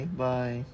bye